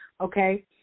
okay